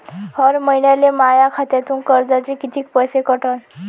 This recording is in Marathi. हर महिन्याले माह्या खात्यातून कर्जाचे कितीक पैसे कटन?